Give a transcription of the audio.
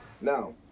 Now